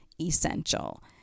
essential